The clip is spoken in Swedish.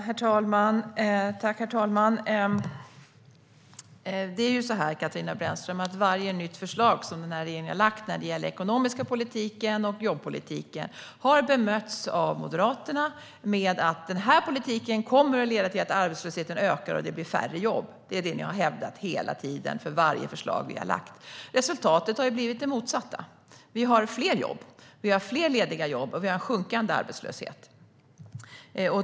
Herr talman! Varje nytt förslag som den här regeringen har lagt fram när det gäller den ekonomiska politiken och jobbpolitiken har bemötts av Moderaterna med att den kommer att leda till att arbetslösheten ökar och det blir färre jobb. Det är det ni har hävdat hela tiden varje gång vi har lagt fram ett förslag, Katarina Brännström. Resultatet har blivit det motsatta. Vi har fler lediga jobb, och vi har en sjunkande arbetslöshet.